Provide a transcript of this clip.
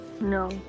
No